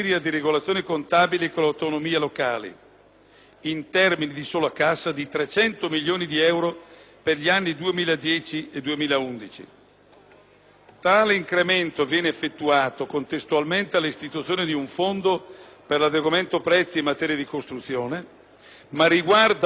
in termini di sola cassa, di 300 milioni di euro per gli anni 2010 e 2011. Tale incremento viene effettuato contestualmente all'istituzione di un fondo per l'adeguamento prezzi in materia di costruzioni, ma riguarda una disposizione contenuta in un decreto-legge